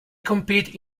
compete